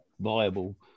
viable